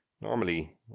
normally